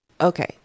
Okay